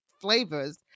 flavors